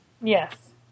Yes